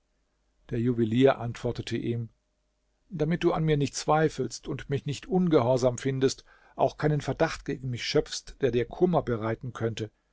der juwelier antwortete ihm damit du an mir nicht zweifelst und mich nicht ungehorsam findest auch keinen verdacht gegen mich schöpfst der dir kummer bereiten könnte